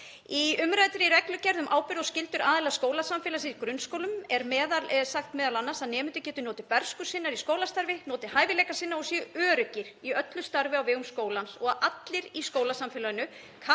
Í umræddri reglugerð um ábyrgð og skyldur aðila skólasamfélagsins í grunnskólum er sagt m.a. að nemendur geti notið bernsku sinnar í skólastarfi, notið hæfileika sinna og séu öruggir í öllu starfi á vegum skólans og að allir í skólasamfélaginu